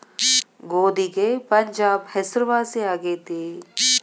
ಗೋಧಿಗೆ ಪಂಜಾಬ್ ಹೆಸರುವಾಸಿ ಆಗೆತಿ